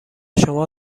شما